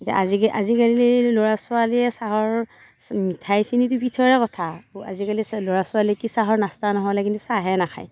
ইতা আজি আজিকালিৰ ল'ৰা ছোৱালীয়ে চাহৰ মিঠাই চেনীটো পিছৰে কথা আজিকালিৰ ল'ৰা ছোৱালীয়ে কি চাহৰ নাস্তা নহ'লে কিন্তু চাহে নাখায়